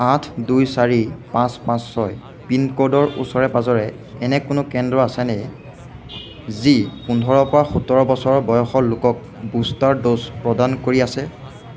আঠ দুই চাৰি পাঁচ পাঁচ ছয় পিনক'ডৰ ওচৰে পাঁজৰে এনে কোনো কেন্দ্ৰ আছেনে যি পোন্ধৰপৰা সোতৰ বছৰ বয়সৰ লোকক বুষ্টাৰ ড'জ প্ৰদান কৰি আছে